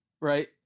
right